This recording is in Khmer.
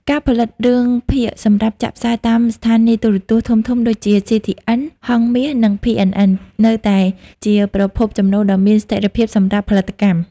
ការផលិតរឿងភាគសម្រាប់ចាក់ផ្សាយតាមស្ថានីយទូរទស្សន៍ធំៗដូចជា CTN, Hang Meas និង PNN នៅតែជាប្រភពចំណូលដ៏មានស្ថិរភាពសម្រាប់ផលិតកម្ម។